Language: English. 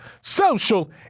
social